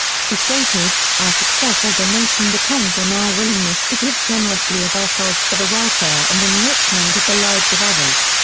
she stated, our success as a nation depends on our willingness to give generously of ourselves for the welfare and enrichment of the lives of others.